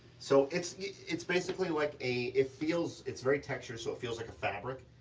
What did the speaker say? so it's it's basically like a, it feels it's very textured, so it feels like a fabric,